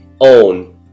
own